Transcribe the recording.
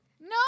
No